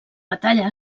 batalla